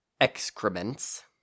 excrements